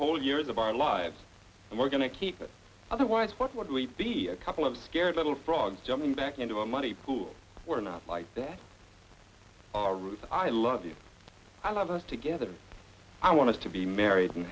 whole years of our lives and we're going to keep it otherwise what would we be a couple of scared little frogs jumping back into a money pool we're not like that our roof i love you i love us together i want to be married